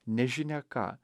nežinia ką